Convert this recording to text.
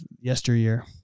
yesteryear